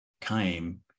came